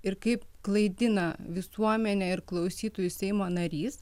ir kaip klaidina visuomenę ir klausytojus seimo narys